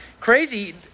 crazy